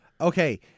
Okay